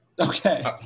Okay